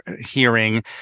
hearing